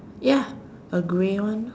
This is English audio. ya a grey one